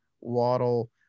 Waddle